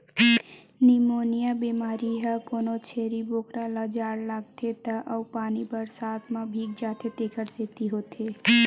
pneumonia बेमारी ह कोनो छेरी बोकरा ल जाड़ लागथे त अउ पानी बरसात म भीग जाथे तेखर सेती होथे